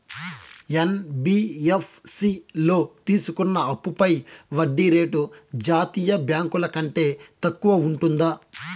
NBFC లో తీసుకున్న అప్పుపై వడ్డీ రేటు జాతీయ బ్యాంకు ల కంటే తక్కువ ఉంటుందా?